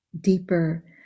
deeper